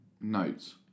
Notes